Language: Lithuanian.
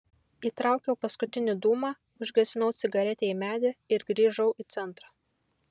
įtraukiau paskutinį dūmą užgesinau cigaretę į medį ir grįžau į centrą